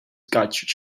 got